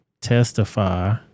Testify